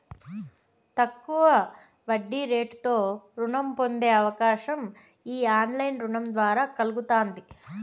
తక్కువ వడ్డీరేటుతో రుణం పొందే అవకాశం ఈ ఆన్లైన్ రుణం ద్వారా కల్గతాంది